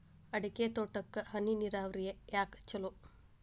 ಅಡಿಕೆ ತೋಟಕ್ಕ ಹನಿ ನೇರಾವರಿಯೇ ಯಾಕ ಛಲೋ?